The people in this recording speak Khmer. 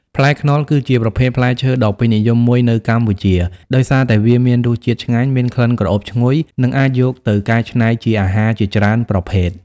ផ្លែខ្នុរគឺជាប្រភេទផ្លែឈើដ៏ពេញនិយមមួយនៅកម្ពុជា ដោយសារតែវាមានរសជាតិឆ្ងាញ់ មានក្លិនក្រអូបឈ្ងុយ និងអាចយកទៅកែច្នៃជាអាហារជាច្រើនប្រភេទ។